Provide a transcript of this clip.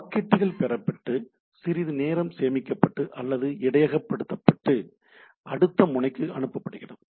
எனவே பாக்கெட்டுகள் பெறப்பட்டு சிறிது நேரம் சேமிக்கப்பட்டு அல்லது இடையகப்படுத்தப்பட்டு அடுத்த முனைக்கு அனுப்பப்படுகின்றன